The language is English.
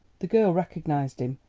the girl recognised him,